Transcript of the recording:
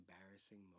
embarrassing